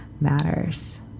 matters